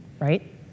right